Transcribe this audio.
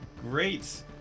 great